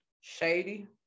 Shady